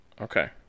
okay